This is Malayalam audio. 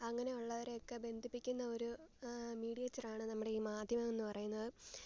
അങ്ങനെയുള്ളവരെ ഒക്കെ ബന്ധിപ്പിക്കുന്ന ഒരു മീഡിയേറ്റർ ആണ് നമ്മുടെ ഈ മാധ്യമം എന്ന് പറയുന്നത്